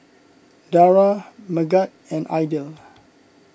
Dara Megat and Aidil